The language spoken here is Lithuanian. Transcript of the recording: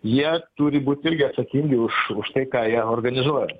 jie turi būti irgi atsakingi už už tai ką jie organizuoja